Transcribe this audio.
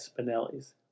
Spinelli's